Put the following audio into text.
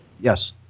Yes